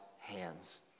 hands